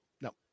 No